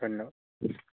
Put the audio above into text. ধন্যবাদ